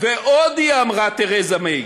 ועוד אמרה תרזה מיי: